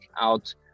out